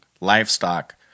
livestock